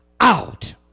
out